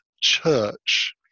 church